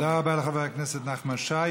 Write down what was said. תודה רבה לחבר הכנסת נחמן שי.